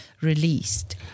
released